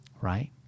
right